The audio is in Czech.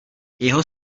jeho